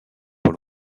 pour